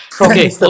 Okay